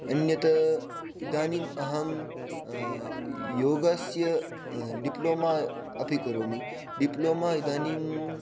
अन्यत् इदानीम् अहं योगस्य डिप्लोमा अपि करोमि डिप्लोमा इदानीम्